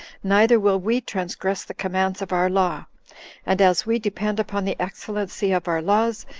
neither will we transgress the commands of our law and as we depend upon the excellency of our laws,